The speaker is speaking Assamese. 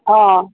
অঁ